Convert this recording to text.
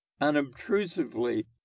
unobtrusively